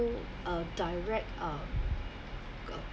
uh direct uh